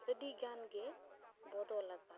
ᱟᱹᱰᱤᱜᱟᱱ ᱜᱮ ᱵᱚᱫᱚᱞ ᱟᱠᱟᱱᱟ